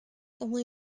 only